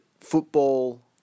football